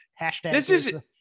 Hashtag